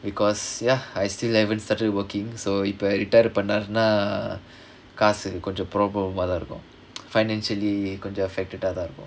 because ya I still haven't started working so இப்ப:ippa retire பண்ணாருணா காசு கொஞ்ச:pannaarunaa kaasu konja problem ah தான் இருக்கும்:thaan irukkum financially கொஞ்ச:konja affected ah தா இருக்கும்:thaa irukkum